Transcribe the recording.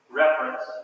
reference